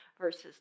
versus